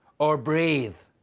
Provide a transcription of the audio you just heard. or breathe.